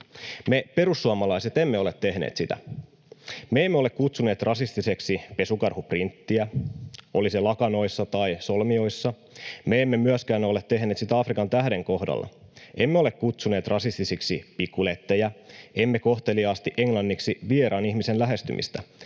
Me perussuomalaiset emme ole tehneet sitä. Me emme ole kutsuneet rasistiseksi pesukarhuprinttiä, oli se lakanoissa tai solmioissa. Me emme myöskään ole tehneet sitä Afrikan tähden kohdalla. Emme ole kutsuneet rasistisiksi pikkulettejä, emme kohteliaasti englanniksi vieraan ihmisen lähestymistä,